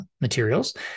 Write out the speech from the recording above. materials